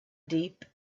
deep